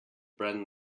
brand